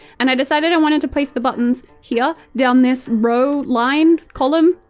and i decided i wanted to place the buttons here, down this row, line, column,